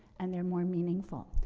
and they're more meaningful.